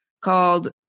called